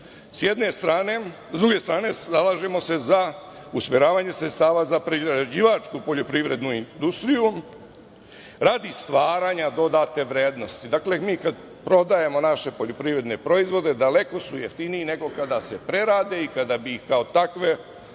najviše. Sa druge strane se zalažemo za usmeravanje sredstava za priređivačku poljoprivrednu industriju radi stvaranja dodatne vrednosti. Mi kada prodajemo naše poljoprivredne proizvode daleko su jeftiniji nego kada se prerade i kada bi ih kao takve